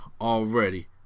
already